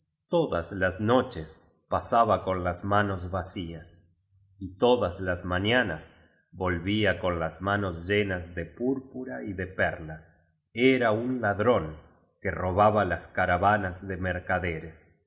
todas las noches pasaba con las manos vacías y todas las mañanas volvía con las manos llenas de púrpura y de perlas era un ladrón que robaba las caravanas de mercaderes